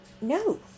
no